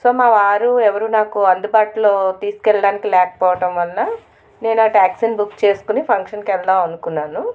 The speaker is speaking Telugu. సో మావారు ఎవరు నాకు అందుబాటులో తీసుకెళ్ళడానికి లేకపోవడం వల్ల నేను ఆ టాక్సీని బుక్ చేసుకొని ఫంక్షన్కి వెళదాము అనుకున్నాను